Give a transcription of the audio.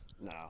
No